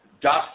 dust